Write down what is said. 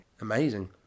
Amazing